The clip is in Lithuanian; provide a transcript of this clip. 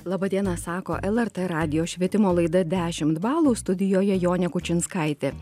laba diena sako lrt radijo švietimo laida dešimt balų studijoje jonė kučinskaitė